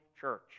church